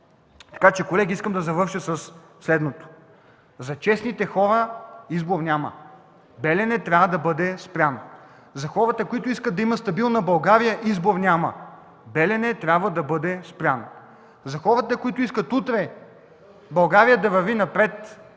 пари?! Колеги, искам да завърша със следното: за честните хора избор няма – „Белене” трябва да бъде спряно! За хората, които искат да има стабилна България, избор няма – „Белене” трябва да бъде спряно! За хората, които искат утре България да върви напред и да не